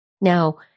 Now